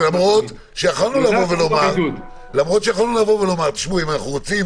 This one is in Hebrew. למרות שיכולנו לבוא ולומר: אם אנחנו רוצים